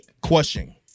question